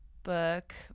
Book